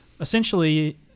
essentially